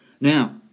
Now